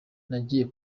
nagiye